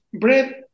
bread